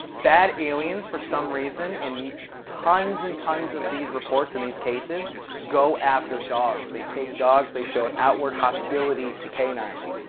bad aliens, for some reason, in tons and tons of these reports and these cases go after dogs. they take dogs, they show an outward hostility to canines.